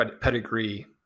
pedigree